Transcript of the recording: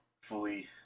fully